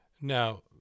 Now